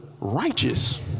righteous